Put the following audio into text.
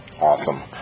awesome